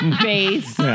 face